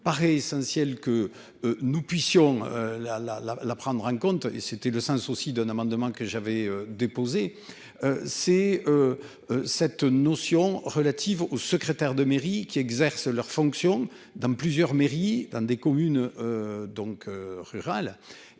paraît essentiel que. Nous puissions la la la la prendre en compte. C'était le sens aussi d'un amendement que j'avais déposé. C'est. Cette notion relative au secrétaire de mairie qui exercent leurs fonctions dans plusieurs mairies dans des communes. Donc,